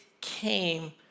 came